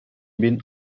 bin